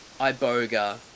Iboga